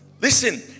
Listen